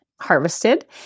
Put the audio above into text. harvested